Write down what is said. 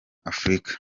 afurika